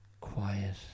quiet